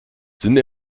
sind